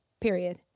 period